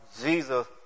Jesus